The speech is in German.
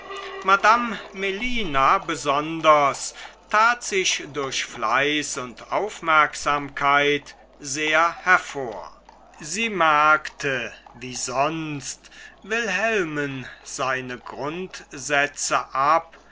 madame melina besonders tat sich durch fleiß und aufmerksamkeit sehr hervor sie merkte wie sonst wilhelmen seine grundsätze ab